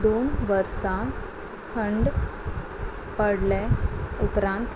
दोन वर्सां खंड पडले उपरांत